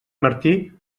martí